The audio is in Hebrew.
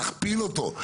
להכפיל אותו.